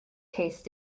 tastes